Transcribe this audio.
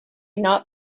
not